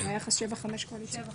משה סעדה ונציג רע"מ.